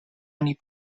oni